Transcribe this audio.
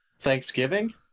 Thanksgiving